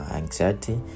anxiety